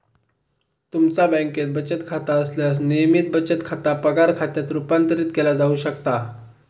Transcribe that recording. तुमचा बँकेत बचत खाता असल्यास, नियमित बचत खाता पगार खात्यात रूपांतरित केला जाऊ शकता